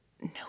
No